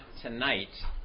tonight